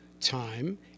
time